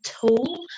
tool